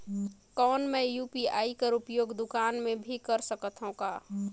कौन मै यू.पी.आई कर उपयोग दुकान मे भी कर सकथव का?